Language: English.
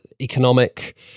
economic